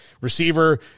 receiver